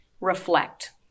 reflect